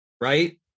right